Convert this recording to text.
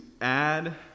add